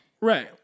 right